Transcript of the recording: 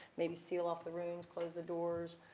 maybe seal off the room, close the doors,